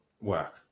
work